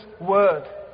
word